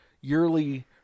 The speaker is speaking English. yearly